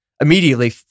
immediately